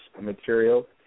material